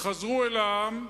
הם חזרו אל העם,